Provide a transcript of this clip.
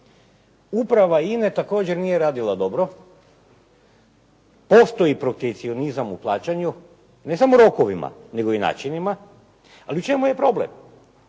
uprava INA-e također nije radila dobro, postoji protekcionizam u plaćanju, ne samo rokovima nego i načinima, ali u čemu je problem.